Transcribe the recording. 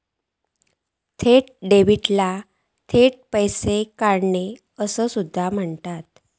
थेट डेबिटाक थेट पैसो काढणा असा सुद्धा म्हणतत